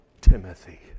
Timothy